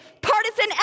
partisan